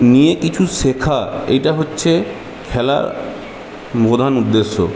নিয়ে কিছু শেখা এইটা হচ্ছে খেলার প্রধান উদ্দেশ্য